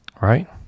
Right